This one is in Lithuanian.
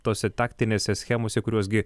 tose taktinėse schemose kuriuos gi